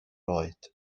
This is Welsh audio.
oed